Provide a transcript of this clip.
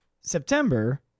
September